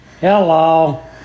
Hello